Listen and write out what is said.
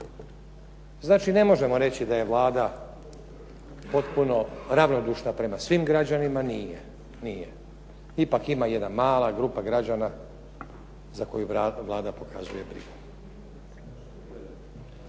Znači, ne možemo reći da je Vlada potpuno ravnodušna prema svim građanima. Nije, ipak ima jedna mala grupa građana za koju Vlada pokazuje brigu.